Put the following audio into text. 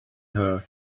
her